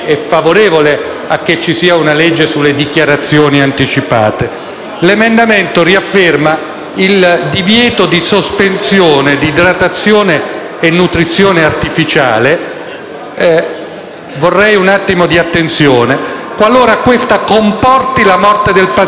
L'emendamento riafferma il divieto di sospensione di idratazione e nutrizione artificiale - vorrei un attimo di attenzione - qualora questa comporti la morte del paziente per disidratazione o denutrizione.